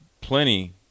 plenty